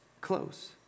close